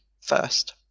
first